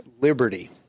liberty